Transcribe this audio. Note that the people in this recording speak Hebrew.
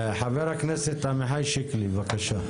חבר הכנסת עמיחי שיקלי, בבקשה.